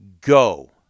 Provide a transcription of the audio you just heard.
Go